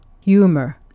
humor